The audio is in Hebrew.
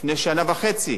לפני שנה וחצי,